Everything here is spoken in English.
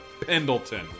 Pendleton